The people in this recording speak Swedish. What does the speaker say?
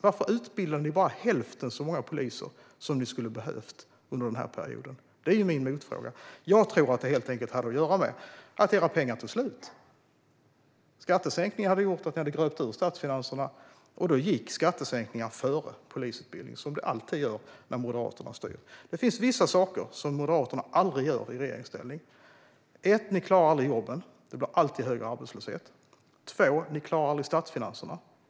Varför utbildade ni bara hälften så många poliser som ni hade behövt under den perioden? Det är mina motfrågor. Jag tror att det helt enkelt hade att göra med att era pengar tog slut. Skattesänkningar hade gröpt ur statsfinanserna, och då gick skattesänkningar före polisutbildningen som det alltid gör när Moderaterna styr. Det finns vissa saker som Moderaterna aldrig gör i regeringsställning. Det första är att ni aldrig klarar jobben. Det blir alltid högre arbetslöshet. Det andra är att ni aldrig klarar statsfinanserna.